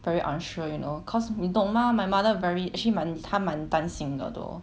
very unsure you know cause 你懂 mah my mother very actually 蛮她蛮担心的 though